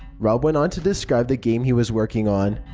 rob went on to describe the game he was working on.